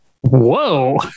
Whoa